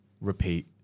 repeat